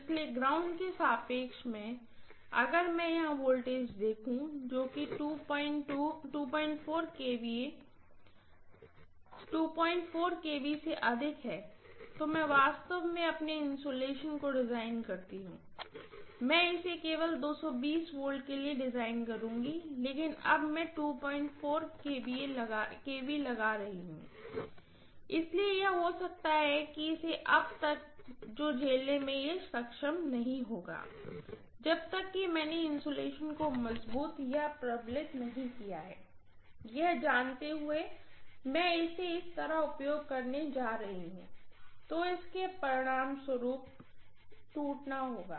इसलिए ग्राउंड के सापेक्ष में अगर मैं यहां वोल्टेज देखूं जो कि KV KV से अधिक है तो मैं वास्तव में अपने इन्सुलेशन को डिजाइन करती हूं मैं इसे केवल V के लिए डिजाइन करुँगी लेकिन अब मैं KV लगा रही हूँ इसलिए यह हो सकता है इसे तब तक झेलने में सक्षम नहीं होगा जब तक कि मैंने इन्सुलेशन को मजबूत या प्रबलित नहीं किया यह जानते हुए कि मैं इसे इस तरह उपयोग करने जा रही हूँ तो इसके परिणामस्वरूप टूटना होगा